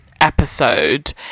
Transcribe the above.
episode